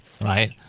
right